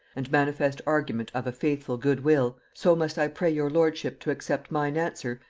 and manifest argument of a faithful good will, so must i pray your lordship to accept mine answer,